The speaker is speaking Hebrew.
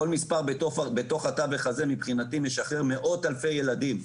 כל מספר בתווך הזה, מבחינתי משחרר מאות אלפי ילדים